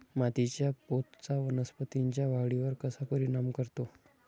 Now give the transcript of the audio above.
मातीच्या पोतचा वनस्पतींच्या वाढीवर कसा परिणाम करतो?